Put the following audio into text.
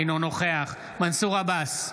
אינו נוכח מנסור עבאס,